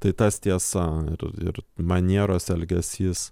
tai tas tiesa ir ir manieros elgesys